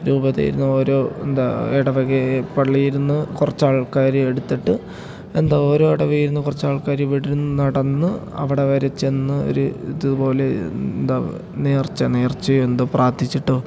രൂപതരയുടെ ഓരോ എന്താ ഇടവക പള്ളിയിലിരുന്ന് കുറച്ച് ആൾക്കാർ എടുത്തിട്ട് എന്താ ഓരോ ഇടവകയിൽ നിന്ന് കുറച്ച് ആൾക്കാർ ഇവിടെയിരുന്ന് നടന്ന് അവിടെവരെ ചെന്ന് ഒരു ഇതുപോലെ എന്താ നേർച്ച നേർച്ചയോ എന്തൊ പ്രാർത്ഥിച്ചിട്ട്